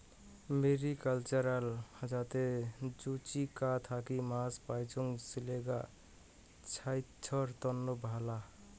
mariculture যাতে জুচিকা থাকি মাছ পাইচুঙ, সেগ্লা ছাইস্থ্যর তন্ন ভালা